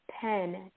pen